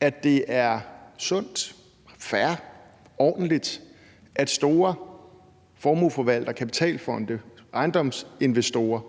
at det er sundt, fair, ordentligt, at store formueforvaltere, kapitalfonde, ejendomsinvestorer